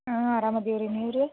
ಹ್ಞೂ ಆರಾಮ ಇದೀವ್ ರೀ ನೀವು ರೀ